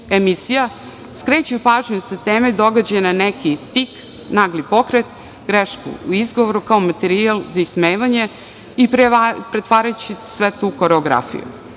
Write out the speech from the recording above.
emisija, skreću pažnju sa teme događaja na neki tik, nagli pokret, grešku u izgovoru, kao materijal za ismevanje i pretvarajući sve to u koreografiju. Običan